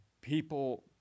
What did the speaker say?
people